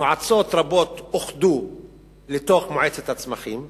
מועצות רבות אוחדו לתוך מועצת הצמחים,